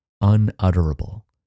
unutterable